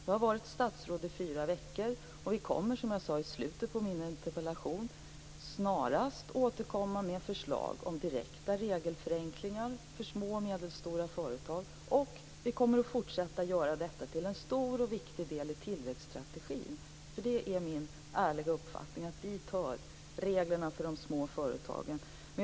Jag har varit statsråd i fyra veckor, och vi kommer, som jag sade i slutet av mitt interpellationssvar, snarast att återkomma med förslag om direkta regelförenklingar för små och medelstora företag. Vi kommer också att fortsätta att göra detta till en stor och viktig del i tillväxtstrategin, och det är min ärliga uppfattning att dit hör reglerna för de små företagen.